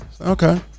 Okay